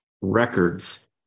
records